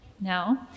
No